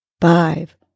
five